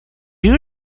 you